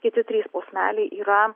kiti trys posmeliai yra